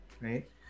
right